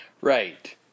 right